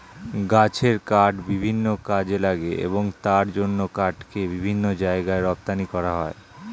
গাছের কাঠ বিভিন্ন কাজে লাগে এবং তার জন্য কাঠকে বিভিন্ন জায়গায় রপ্তানি করা হয়